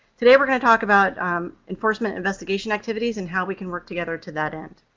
today we're going to talk about enforcement investigation activities and how we can work together to that end.